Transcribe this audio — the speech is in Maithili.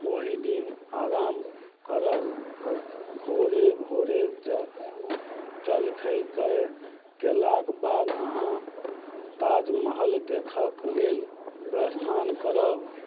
ओही दिन आराम करब भोरे भोरे जलखै कए कएलाक बाद अहाँ ताजमहल देखैके लेल प्रस्थान करब